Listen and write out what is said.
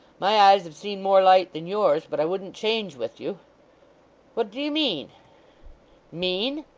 my eyes have seen more light than yours, but i wouldn't change with you what do you mean mean!